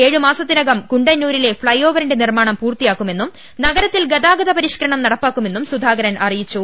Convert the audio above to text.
ഏഴ് മാസത്തിനകം കുണ്ടന്നൂരിലെ ഫ്ളൈഓവറിന്റെ നിർമാണം പൂർത്തിയാക്കുമെന്നും നഗരത്തിൽ ഗൃതാഗത പരിഷ്കരണം നടപ്പാ ക്കു മെന്നും സുധാകരൻ അറിയിച്ചു